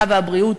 הרווחה והבריאות,